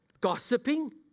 gossiping